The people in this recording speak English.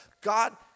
God